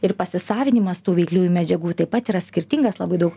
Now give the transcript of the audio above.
ir pasisavinimas tų veikliųjų medžiagų taip pat yra skirtingas labai daug